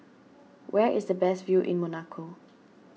where is the best view in Monaco